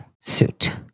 suit